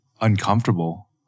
uncomfortable